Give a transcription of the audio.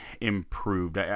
improved